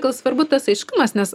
gal svarbu tas aiškumas nes